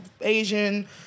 Asian